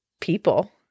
people